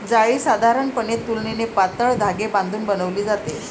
जाळी साधारणपणे तुलनेने पातळ धागे बांधून बनवली जातात